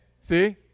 see